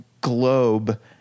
globe